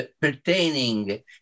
pertaining